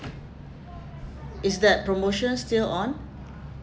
is that promotion still on